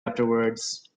afterwards